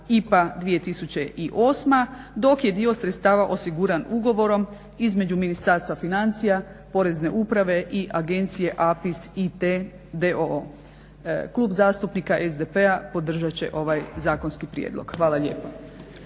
IPA 2008, dok je dio sredstava osiguran ugovorom između Ministarstva financija, porezne uprave i agencije APIS IT d.o.o. Klub zastupnika SDP-a podržati će ovaj zakonski prijedlog. Hvala lijepa.